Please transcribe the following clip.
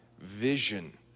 vision